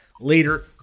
later